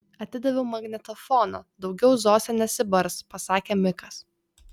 atidaviau magnetofoną daugiau zosė nesibars pasakė mikas